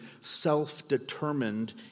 self-determined